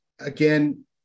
again